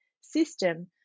system